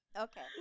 Okay